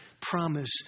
promise